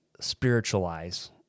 spiritualize